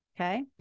okay